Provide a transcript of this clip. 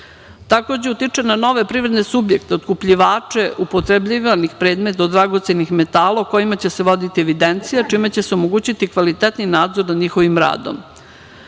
utiče na nove privredne subjekte otkupljivače upotrebljivanih predmeta od dragocenih metala o kojima će se voditi evidencija, čime će se omogućiti kvalitetniji nadzor nad njihovim radom,